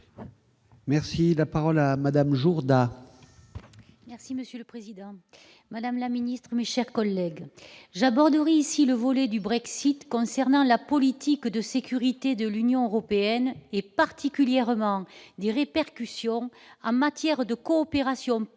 Merci, la parole à Madame Jourdas. Merci Monsieur le Président, Madame la Ministre, mes chers collègues j'aborderai ici le volet du Brexit concernant la politique de sécurité de l'Union européenne et particulièrement du répercussion en matière de coopération policière